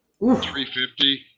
350